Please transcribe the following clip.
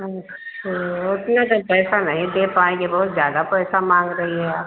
अच्छा उतना तो हम पैसा नहीं दे पाएंगे बहुत ज़्यादा पैसा माँग रही है आप